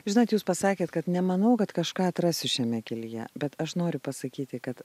žinot jūs pasakėte kad nemanau kad kažką atrasiu šiame kelyje bet aš noriu pasakyti kad